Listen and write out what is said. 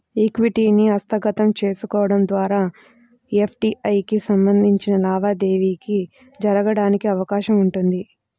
ఈక్విటీని హస్తగతం చేసుకోవడం ద్వారా ఎఫ్డీఐకి సంబంధించిన లావాదేవీ జరగడానికి అవకాశం ఉంటుంది